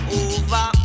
over